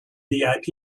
vip